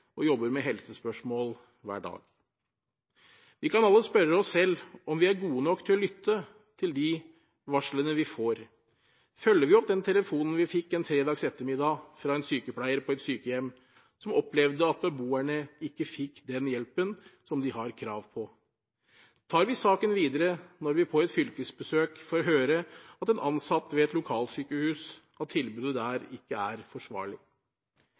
og jobber med helsespørsmål hver dag. Vi kan alle spørre oss selv om vi er gode nok til å lytte til de varslene vi får. Følger vi opp den telefonen vi fikk en fredag ettermiddag fra en sykepleier som opplever at beboerne på et sykehjem ikke får den hjelpen de har krav på? Tar vi saken videre når vi på et fylkesbesøk får høre av en ansatt ved et lokalsykehus at tilbudet der ikke er forsvarlig?